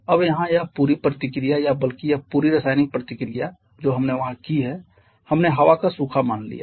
अब यहां यह पूरी प्रतिक्रिया या बल्कि यह पूरी रासायनिक प्रतिक्रिया जो हमने वहां की है हमने हवा को सूखा मान लिया है